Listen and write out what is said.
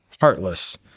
heartless